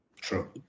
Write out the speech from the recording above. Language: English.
True